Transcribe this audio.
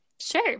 sure